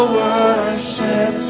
worship